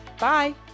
Bye